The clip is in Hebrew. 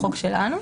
בחוק שלנו,